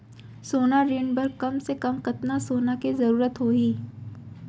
सोना ऋण बर कम से कम कतना सोना के जरूरत होही??